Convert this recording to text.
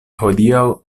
hodiaŭ